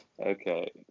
Okay